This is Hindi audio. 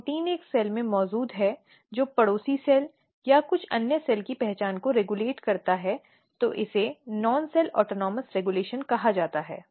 प्रोटीन एक सेल में मौजूद है और पड़ोसी सेल या कुछ अलग सेल की पहचान को रेगुलेट करता है तो इसे नॉन सेल ऑटोनॉमस रेगुलेशन कहा जाता है